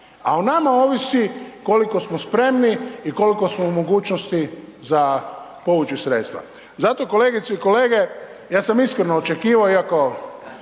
a o nama ovisi koliko smo spremni i koliko smo u mogućnosti za povući sredstva. Zato kolegice i kolege, ja sam iskreno očekivao iako